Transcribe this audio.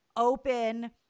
Open